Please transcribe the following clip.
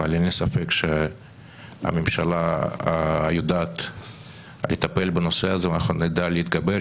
אבל אין לי ספק שהממשלה יודעת לטפל בנושא הזה ואנחנו נדע להתגבר.